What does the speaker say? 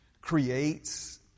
creates